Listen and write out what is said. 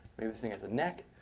maybe this thing has a neck.